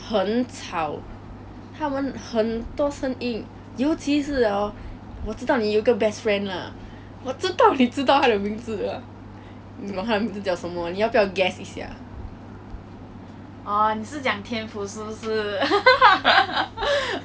对对就是他他很吵然后 hor 那个老师一直要叫我们做那个 exercises but at that time right 她很 sarcastic then tian fu 就一直 make jokes with 她